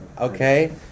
Okay